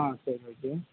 ஆ சரி ஓகே